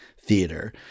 theater